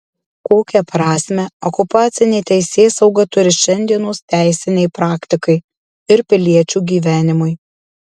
kokią prasmę okupacinė teisėsauga turi šiandienos teisinei praktikai ir piliečių gyvenimui